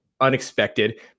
Unexpected